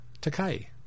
Takai